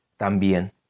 también